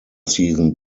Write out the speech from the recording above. season